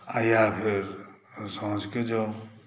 आ या फेर साँझके जाउ